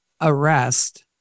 arrest